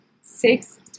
six